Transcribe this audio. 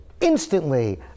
instantly